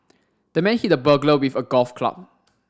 the man hit the burglar with a golf club